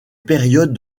période